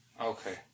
Okay